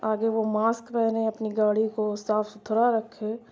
آگے وہ ماسک پہنے اپنی گاڑی کو صاف ستھرا رکھے